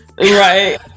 Right